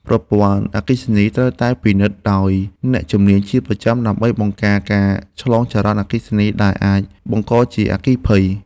ប្រព័ន្ធអគ្គិសនីត្រូវតែពិនិត្យដោយអ្នកជំនាញជាប្រចាំដើម្បីបង្ការការឆ្លងចរន្តអគ្គិសនីដែលអាចបង្កជាអគ្គិភ័យ។